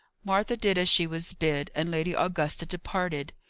martha did as she was bid, and lady augusta departed.